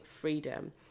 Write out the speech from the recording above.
freedom